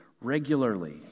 regularly